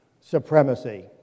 Supremacy